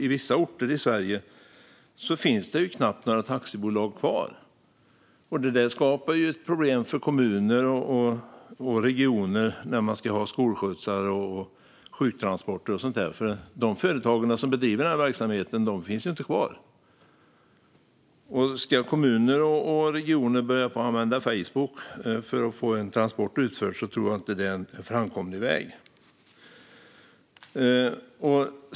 På vissa orter i Sverige finns det knappt några taxibolag kvar, och det skapar problem för kommuner och regioner när man ska ha skolskjutsar och sjuktransporter och sådant. De företag som bedriver den verksamheten finns ju inte kvar. Jag tror inte att det är en framkomlig väg att kommuner och regioner ska börja använda Facebook för att få en transport utförd.